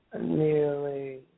nearly